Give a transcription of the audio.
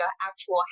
actual